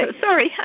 Sorry